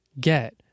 get